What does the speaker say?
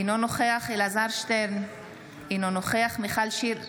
אינו נוכח אלעזר שטרן, אינו נוכח מיכל שיר סגמן,